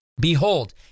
behold